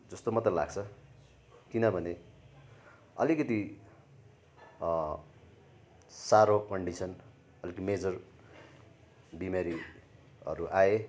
जस्तो मात्रै लाग्छ किनभने अलिकति साह्रो कन्डिसन अलिक मेजर बिमारी हरू आए